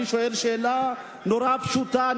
אני שואל שאלה פשוטה מאוד,